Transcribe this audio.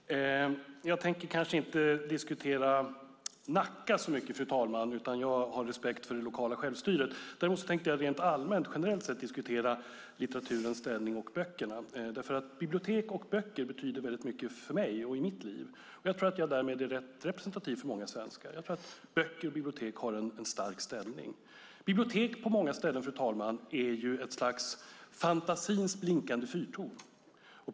Fru talman! Fru statsråd! Bengt Berg! Jag tänker kanske inte diskutera Nacka så mycket; jag har respekt för det lokala självstyret. Däremot tänkte jag rent allmänt och generellt sett diskutera litteraturens ställning och böckerna. Bibliotek och böcker betyder mycket för mig och i mitt liv. Jag tror att jag därmed är rätt representativ för många svenskar. Böcker och bibliotek har en stark ställning. Bibliotek är på många ställen ett slags fantasins blinkande fyrtorn, fru talman.